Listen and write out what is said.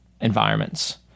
environments